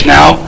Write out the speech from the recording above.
now